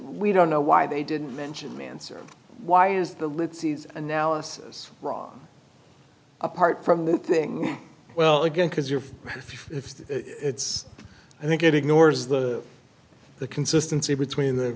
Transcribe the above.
we don't know why they didn't mention mansur why is the lid sees analysis raw apart from the thing well again because you're right if it's i think it ignores the the consistency between the